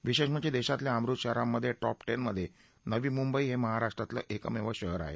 विशेष म्हणजे देशातील अमृत शहरांमध्ये टॉप टेनमध्ये नवी मुंबई हे महाराष्ट्रातलं एकमेव शहर आहे